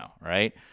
right